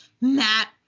Matt